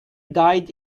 died